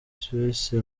suisse